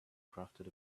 crafted